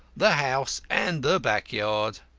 the house and the back yard,